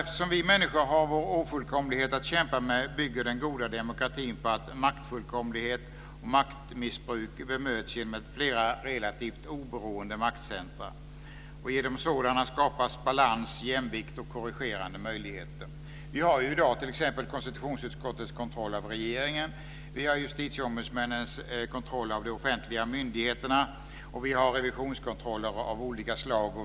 Eftersom vi människor har vår ofullkomlighet att kämpa med bygger den goda demokratin på att maktfullkomlighet och maktmissbruk bemöts genom flera relativt oberoende maktcentrum. Genom sådana skapas balans, jämvikt och korrigerande möjligheter. Vi har t.ex. konstitutionsutskottets kontroll av regeringen, vi har justitieombudsmännens kontroll av de offentliga myndigheterna och vi har revisionskontroller av olika slag.